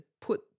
put